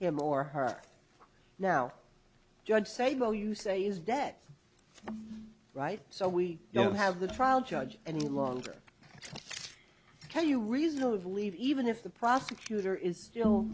him or her now judge sago you say is that right so we don't have the trial judge any longer can you reasonably believe even if the prosecutor is still